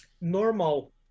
normal